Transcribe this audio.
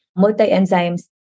multi-enzymes